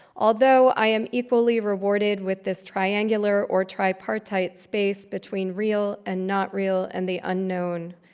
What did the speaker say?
although i am equally rewarded with this triangular or tripartite space between real and not real and the unknown,